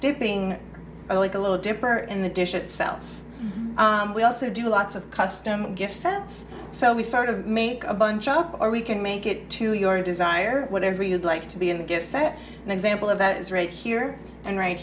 dipping like a little dipper in the dish itself we also do lots of custom gifts sets so we sort of make a bunch up or we can make it to your desire whatever you'd like to be in the gift set an example of that is right here and r